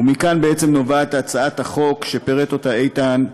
ומכאן נובעת הצעת החוק שפירט איתן,